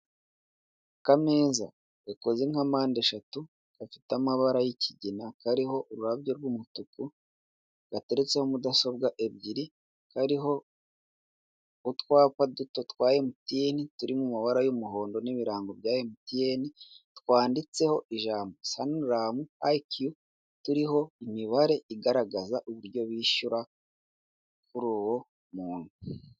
Akameza gakoze nka mpande eshatu gafite amabara y'ikigina kariho ururabyo rw'umutuku gateretseho mudasobwa ebyiri kariho utwapa duto twa emutiyeni turi mu mabara y'umuhondo n'ibirango bya emutiyeni twanditseho ijambo saniramu turiho imibare igaragaza uburyo bishyura kuriwo muntu.